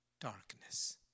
darkness